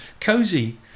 Cozy